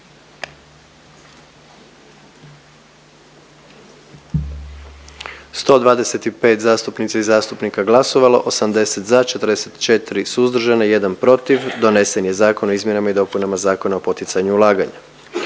125 zastupnica i zastupnica je glasovalo, 80 za, 44 suzdržana i 1 protiv. Donesen je Zakona o izmjenama i dopunama Zakona o poticanju ulaganja.